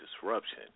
Disruption